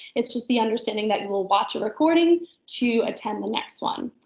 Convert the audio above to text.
it's just the understanding that you will watch a recording to attend the next one.